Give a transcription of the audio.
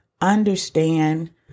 understand